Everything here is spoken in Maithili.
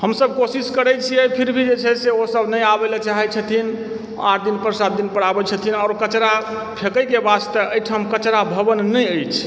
हमसभ कोशिश करय छियै फिर भी जे छै से ओसभ नहि आबय लऽ चाहय छथिन आठ दिन पर सात दिन पर आबय छथिन आओर कचड़ा फेकयके वास्ते एहिठाम कचड़ा भवन नहि अछि